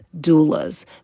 doulas